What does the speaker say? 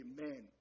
Amen